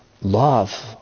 love